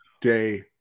day